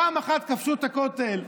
פעם אחת כבשו את הכותל,